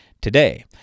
today